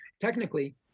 technically